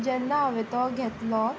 जेन्ना हांवें तो घेतलो